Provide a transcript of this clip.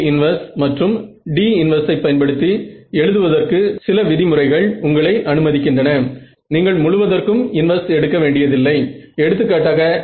ஏனென்றால் 0 வுக்கு அருகில் நீங்கள் ரியாக்டிவ் பகுதியை பெறுகிறீர்கள்